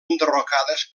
enderrocades